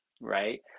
right